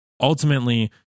ultimately